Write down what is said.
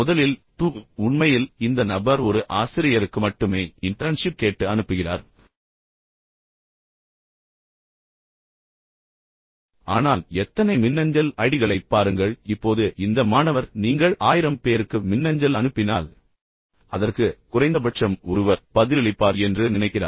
முதலில் டூ உண்மையில் இந்த நபர் ஒரு ஆசிரியருக்கு மட்டுமே இன்டர்ன்ஷிப் கேட்டு அனுப்புகிறார் ஆனால் எத்தனை மின்னஞ்சல் ஐடிகளைப் பாருங்கள் இப்போது இந்த மாணவர் நீங்கள் 1000 பேருக்கு மின்னஞ்சல் அனுப்பினால் அதற்கு குறைந்தபட்சம் ஒருவர் பதிலளிப்பார் என்று நினைக்கிறார்